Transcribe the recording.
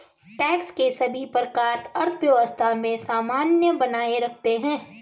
tax के सभी प्रकार अर्थव्यवस्था में समन्वय बनाए रखते हैं